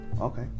Okay